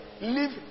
live